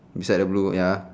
beside the blue ya